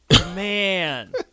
man